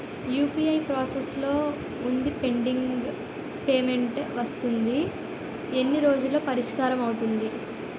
UPI process లో వుందిపెండింగ్ payment వస్తుంది ఎన్ని రోజుల్లో పరిష్కారం అవుతుంది